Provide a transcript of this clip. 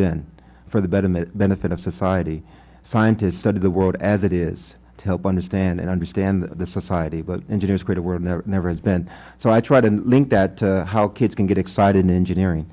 been for the betterment benefit of society scientists study the world as it is to help understand and understand the society but engineers credit were never has been so i try to link that how kids can get excited in engineering